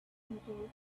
people